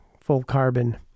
full-carbon